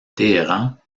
téhéran